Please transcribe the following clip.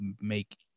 make